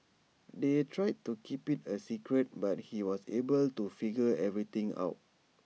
they tried to keep IT A secret but he was able to figure everything out